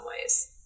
ways